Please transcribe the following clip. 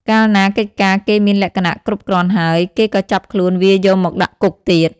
កាលណាកិច្ចការគេមានលក្ខណៈគ្រប់គ្រាន់ហើយ គេក៏ចាប់ខ្លួនវាយកមកដាក់គុកទៀត ។